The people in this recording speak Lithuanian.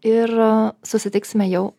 ir a susitiksime jau